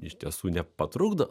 iš tiesų nepatrukdo